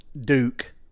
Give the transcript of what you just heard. Duke